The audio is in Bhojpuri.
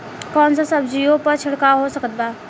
कौन सा सब्जियों पर छिड़काव हो सकत बा?